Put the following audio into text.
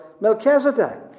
Melchizedek